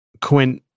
Quint